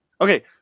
okay